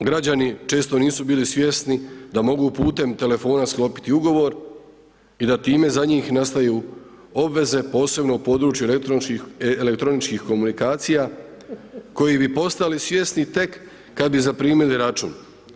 Sigurno građani često nisu bili svjesni da mogu putem telefona sklopiti ugovor i da time za njih nastaju obveze posebno u području elektroničkih komunikacija, koji bi postali svjesni tek kada bi zaprimili račun.